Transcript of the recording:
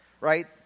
Right